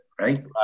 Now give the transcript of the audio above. Right